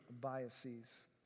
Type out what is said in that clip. biases